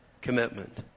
commitment